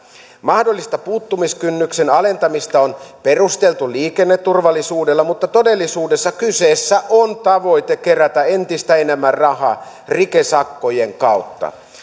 mahdollista puuttumiskynnyksen alentamista on perusteltu liikenneturvallisuudella mutta todellisuudessa kyseessä on tavoite kerätä entistä enemmän rahaa rikesakkojen kautta